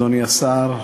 אדוני השר,